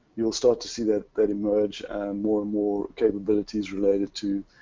you'll start to see that that emerge and more and more capabilities related to